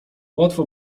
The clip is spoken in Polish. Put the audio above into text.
łatwo